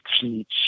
teach